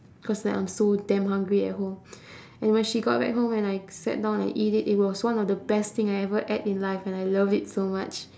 cause like I'm so damn hungry at home and when she got back home and I sat down and eat it it was one of the best thing I ever had in life and I love it so much